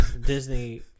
Disney